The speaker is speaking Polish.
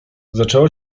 zaczęła